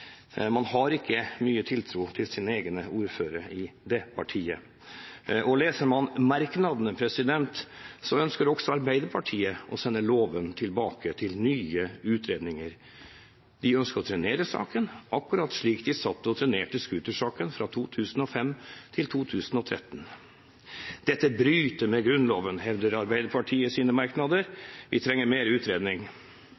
Man har ikke mye tiltro til sine egne ordførere i det partiet. Leser man merknadene, så ønsker også Arbeiderpartiet å sende loven tilbake til nye utredninger. De ønsker å trenere saken, akkurat slik de satt og trenerte scootersaken fra 2005 til 2013. Dette bryter med Grunnloven, hevder Arbeiderpartiet i sine merknader – vi trenger mer utredning.